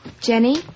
Jenny